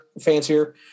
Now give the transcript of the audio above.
fancier